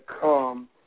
come